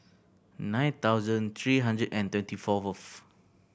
nine thousand three hundred and twenty four fourth